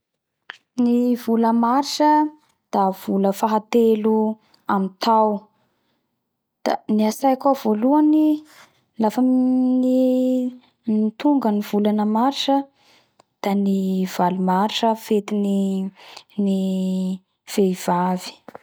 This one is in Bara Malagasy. Gny volana Mars koa i e da vola ny hasotro aminay atoy da gnatsaiko ao voalohany ny halafosandra; lafo aby ny raha lafa volana lafa volana mars